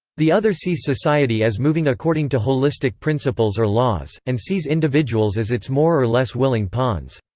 the other sees society as moving according to holistic principles or laws, and sees individuals as its more-or-less willing pawns.